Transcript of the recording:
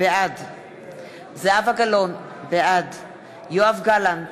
בעד זהבה גלאון, בעד יואב גלנט,